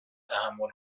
تحمل